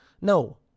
No